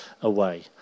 away